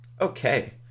Okay